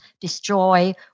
destroy